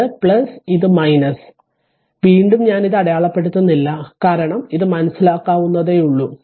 ഇത് ഇത് വീണ്ടും ഞാൻ ഇത് അടയാളപ്പെടുത്തുന്നില്ല കാരണം ഇത് മനസ്സിലാക്കാവുന്നതേയുള്ളൂ